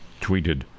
Tweeted